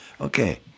Okay